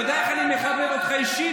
אתה יודע איך אני מחבב אותך אישית.